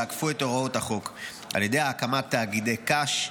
יעקפו את הוראות החוק על ידי הקמת תאגידי קש,